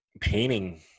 painting